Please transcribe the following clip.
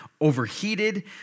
overheated